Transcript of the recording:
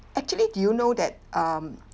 actually do you know that um